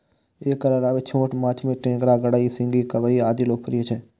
एकर अलावे छोट माछ मे टेंगरा, गड़ई, सिंही, कबई आदि लोकप्रिय छै